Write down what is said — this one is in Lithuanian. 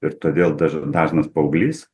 ir todėl daž dažnas paauglys